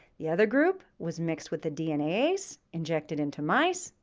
the other group was mixed with the dnase, injected into mice,